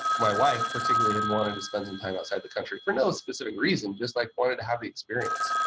my wife particularly had wanted to spend some time outside the country for no specific reason. just like wanted to have the experience.